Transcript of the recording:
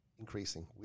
increasing